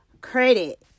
credit